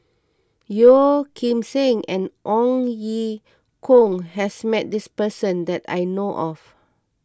Yeo Kim Seng and Ong Ye Kung has met this person that I know of